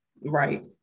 Right